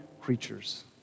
creatures